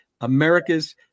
america's